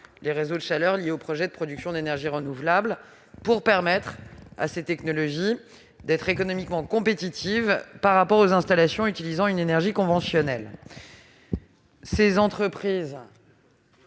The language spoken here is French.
les réseaux de chaleur liés aux projets de production d'énergie renouvelable pour permettre à ces technologies d'être économiquement compétitives par rapport aux installations utilisant une énergie conventionnelle. La grande